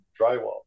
drywall